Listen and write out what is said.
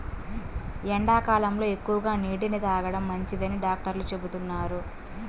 ఎండాకాలంలో ఎక్కువగా నీటిని తాగడం మంచిదని డాక్టర్లు చెబుతున్నారు